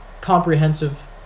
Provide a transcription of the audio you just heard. comprehensive